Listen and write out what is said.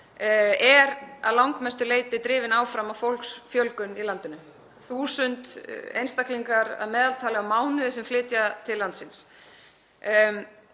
sé að langmestu leyti drifinn áfram af fólksfjölgun í landinu. Það eru 1.000 einstaklingar að meðaltali á mánuði sem flytja til landsins.